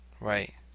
Right